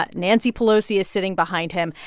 but nancy pelosi is sitting behind him.